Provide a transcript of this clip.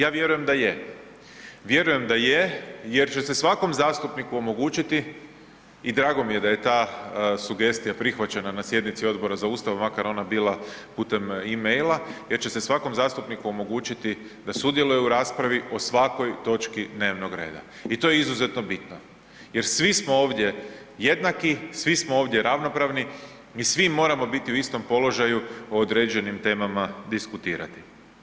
Ja vjerujem da je, vjerujem da je jer će se svakom zastupniku omogućiti i drago mi je da je ta sugestija prihvaćena na sjednici Odbora za Ustav, makar ona bila putem e-maila jer će se svakom zastupniku omogućiti da sudjeluje u raspravi o svakoj točki dnevnog reda i to je izuzetno bitno jer svi smo ovdje jednaki, svi smo ovdje ravnopravni, mi svi moramo biti u istom položaju o određenim temama diskutirati.